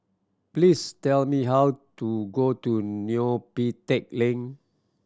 please tell me how to go to Neo Pee Teck Lane